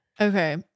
Okay